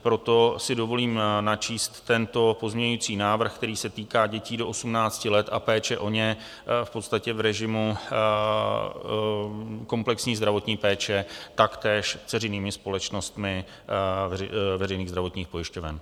Proto si dovolím načíst tento pozměňující návrh, který se týká dětí do 18 let a péče o ně v podstatě v režimu komplexní zdravotní péče taktéž dceřinými společnostmi veřejných zdravotních pojišťoven.